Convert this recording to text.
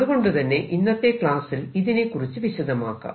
അതുകൊണ്ടുതന്നെ ഇന്നത്തെ ക്ലാസ്സിൽ ഇതിനെക്കുറിച്ചു വിശദമാക്കാം